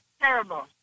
terrible